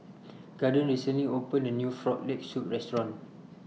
Gordon recently opened A New Frog Leg Soup Restaurant